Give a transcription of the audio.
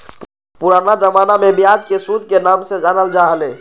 पुराना जमाना में ब्याज के सूद के नाम से जानल जा हलय